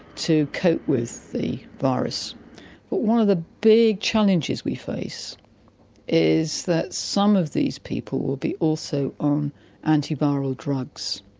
to cope with the virus. but one of the big challenges we face is that some of these people will be also on anti-viral drugs,